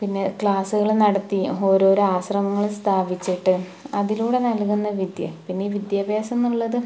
പിന്നെ ക്ലാസ്സുകൾ നടത്തിയും ഓരോ ഓരോ ആശ്രമങ്ങൾ സ്ഥാപിച്ചിട്ടും അതിലൂടെ നല്കുന്ന വിദ്യ പിന്നെ ഈ വിദ്യാഭ്യാസം എന്നുള്ളത്